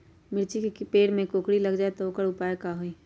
मिर्ची के पेड़ में कोकरी लग जाये त वोकर उपाय का होई?